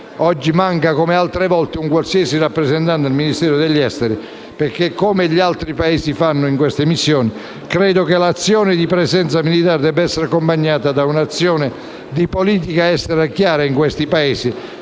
è accaduto altre volte, un qualsiasi rappresentante del Ministero degli affari esteri. Come fanno le altre Nazioni in queste missioni, credo che la presenza militare debba essere accompagnata da un'azione di politica estera chiara in questi Paesi,